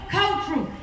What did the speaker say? cultural